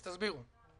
אז תסבירו.